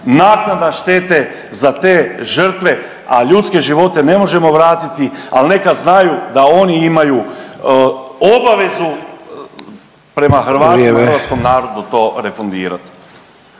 naknada štete za te žrtve, a ljudske živote ne možemo vratiti, ali neka znaju da oni imaju obavezu prema Hrvatima, …/Upadica